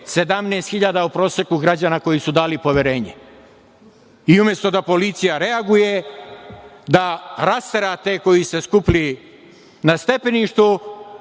17.000 u proseku građana koji su dali poverenje. I umesto da policija reaguje, da rastera te koji su se skupili na stepeništu,